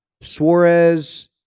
Suarez